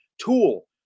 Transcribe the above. tool